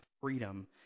freedom